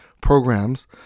programs